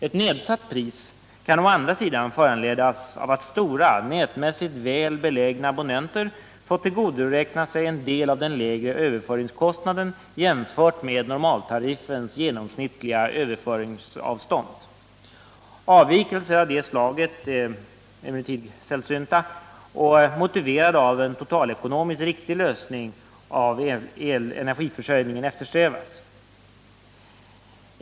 Ett nedsatt pris kan däremot föranledas av att stora, nätmässigt väl belägna abonnenter fått tillgodoräkna sig en del av den lägre överföringskostnaden jämfört med normaltariffens genomsnittliga överföringsavstånd. Avvikelser av det slaget är emellertid sällsynta och motiverade av att en totalekonomiskt riktig lösning av energiförsörjningen eftersträvas.